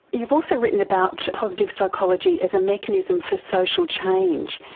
you've also written about positive psychology as a mechanism for social change.